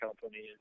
Company